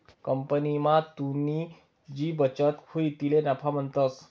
कंपनीमा तुनी जी बचत हुई तिले नफा म्हणतंस